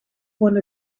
one